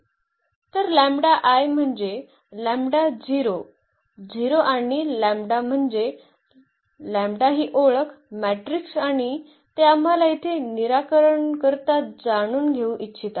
तर lambda I म्हणजे lambda 0 0 आणि लॅम्बडा म्हणजे लॅम्बडा ही ओळख मॅट्रिक्स आणि ते आम्हाला येथे निराकरणकर्ता जाणून घेऊ इच्छित आहेत